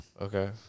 Okay